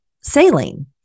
saline